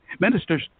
Ministers